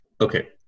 Okay